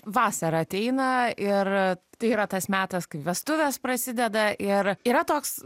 vasara ateina ir tai yra tas metas kai vestuvės prasideda ir yra toks